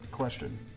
Question